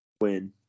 Win